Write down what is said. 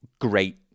great